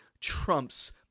trumps